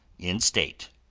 in state,